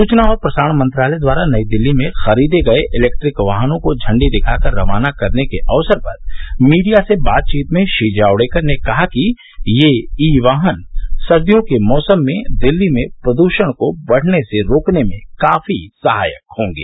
सूचना और प्रसारण मंत्रालय द्वारा नई दिल्ली में खरीदे गए इलैक्ट्रिक वाहनों को इंडी दिखाकर रवाना करने के अवसर पर मीडिया से बातचीत में श्री जावड़ेकर ने कहा कि ये ई वाहन सर्दियों के मौसम में दिल्ली में प्रद्यण को बढ़ने से रोकने में काफी सहायक होंगे